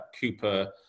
Cooper